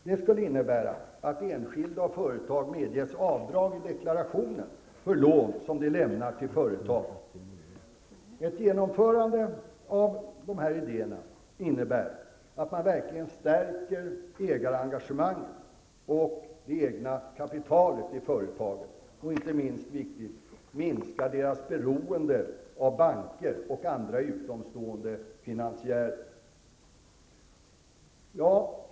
Det skulle innebära att enskilda och företag medges avdrag i deklarationen för lån som de lämnar till företag. Ett genomförande av de här idéerna innebär att man verkligen stärker ägarengagemanget och det egna kapitalet i företaget. Och -- inte minst viktigt -- minskar deras beroende av banker och andra utomstående finansiärer.